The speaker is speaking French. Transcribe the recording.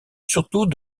surtout